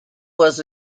was